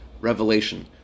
revelation